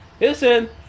Listen